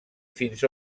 fins